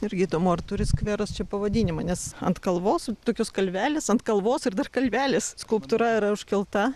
irgi įdomu ar turi skveras čia pavadinimą nes ant kalvos tokios kalvelės ant kalvos ir dar kalvelės skulptūra yra užkelta